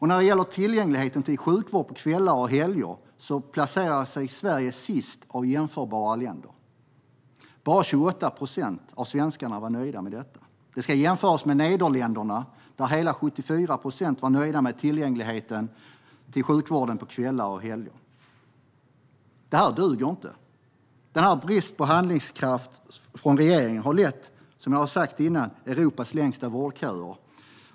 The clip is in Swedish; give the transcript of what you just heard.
När det gäller tillgången till sjukvård på kvällar och helger placerar sig Sverige sist bland jämförbara länder. Bara 28 procent av svenskarna var nöjda med det. Det ska jämföras med Nederländerna där hela 74 procent var nöjda med tillgången till sjukvården på kvällar och helger. Det här duger inte. Regeringens brist på handlingskraft har som sagt lett till Europas längsta vårdköer.